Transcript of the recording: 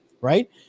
right